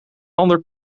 ander